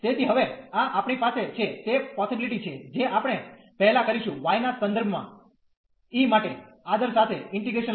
તેથી હવે આ આપણી પાસે છે તે પોસીબીલીટી છે જે આપણે પહેલા કરીશું y ના સંદર્ભ માં ઇમાટે આદર સાથે ઈન્ટિગ્રલ લો